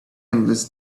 endless